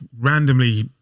randomly